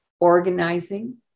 organizing